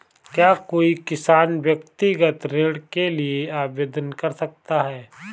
क्या कोई किसान व्यक्तिगत ऋण के लिए आवेदन कर सकता है?